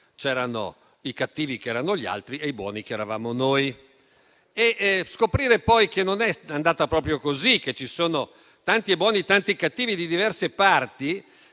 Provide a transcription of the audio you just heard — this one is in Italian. c'erano i cattivi, che erano gli altri, e i buoni, che eravamo noi. Scoprire poi che non è andata proprio così, che ci sono tanti buoni e tanti cattivi di diverse parti,